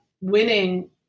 winning